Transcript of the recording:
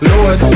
Lord